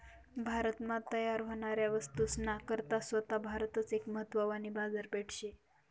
भारत मा तयार व्हनाऱ्या वस्तूस ना करता सोता भारतच एक महत्वानी बाजारपेठ शे